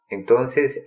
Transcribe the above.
Entonces